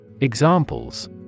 Examples